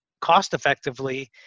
cost-effectively